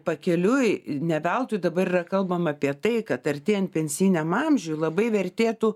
pakeliui ne veltui dabar yra kalbama apie tai kad artėjant pensijiniam amžiui labai vertėtų